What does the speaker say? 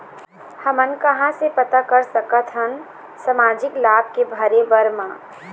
हमन कहां से पता कर सकथन सामाजिक लाभ के भरे बर मा?